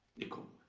nikum,